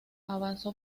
avanzó